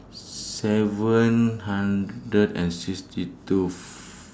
seven hundred and sixty two